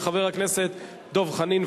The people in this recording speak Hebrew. של חבר הכנסת דב חנין.